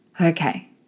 Okay